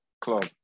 club